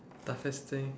nothing to say